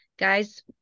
Guys